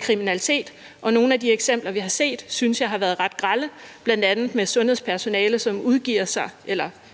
kriminalitet, og nogle af de eksempler, vi har set, synes jeg har været ret grelle, bl.a. med kriminelle, som udgiver sig for